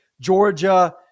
Georgia